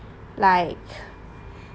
like